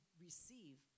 receive